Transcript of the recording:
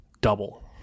double